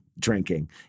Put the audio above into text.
drinking